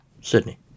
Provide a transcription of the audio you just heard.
Sydney